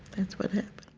that's what happened